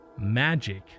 magic